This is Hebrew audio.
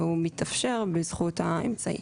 והוא מתאפשר בזכות האמצעי.